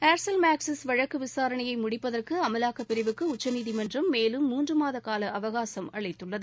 Aircel Maxis வழக்கு விசாரணையை முடிப்பதற்கு அமலாக்கப் பிரிவுக்கு உச்சநீதிமன்றம் மேலும் மூன்றுமாத கால அவகாசம் அளித்துள்ளது